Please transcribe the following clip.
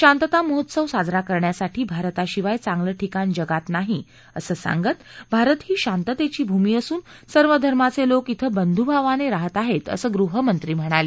शांतता महोत्सव साजरा कारण्यासाठी भारताशिवाय चांगलं ठिकाण जगात नाही असं सांगत भारत ही शांततेची भूमी असून सर्व धर्माचे लोक इथं बंधुभावानं राहत आहेत असं गृहमंत्री यावेळी म्हणाले